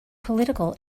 political